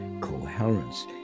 coherence